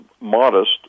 modest